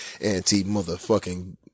anti-motherfucking